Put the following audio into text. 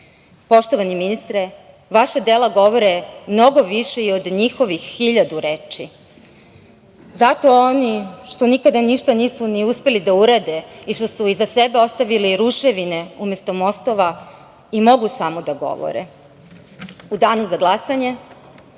nedelje“.Poštovani ministre, vaša dela govore mnogo više i od njihovih 1.000 reči. Zato oni što nikada ništa nisu ni uspeli da urade i što su iza sebe ostavili ruševine umesto mostova i mogu samo da govore.U danu za glasanje